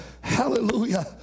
Hallelujah